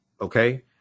Okay